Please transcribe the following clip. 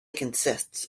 consists